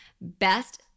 best